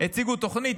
הציגו תוכנית,